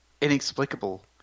inexplicable